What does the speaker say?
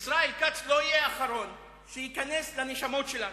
ישראל כץ לא יהיה האחרון שייכנס לנשמות שלנו.